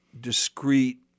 discrete